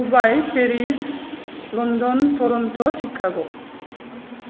Dubai Paris London Toronto Chicago